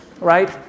right